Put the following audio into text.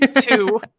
two